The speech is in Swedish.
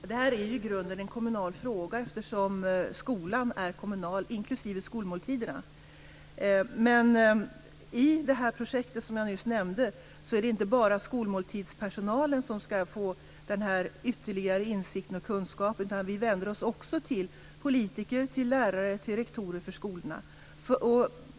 Fru talman! Det här är i grunden en kommunal fråga, eftersom skolan inklusive skolmåltiderna är en kommunal angelägenhet. Men i det projekt som jag nyss nämnde är det inte bara skolmåltidspersonalen som ska få en ytterligare insikt och kunskap, utan vi vänder oss också till politiker, till lärare och till rektorer för skolorna.